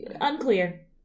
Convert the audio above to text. Unclear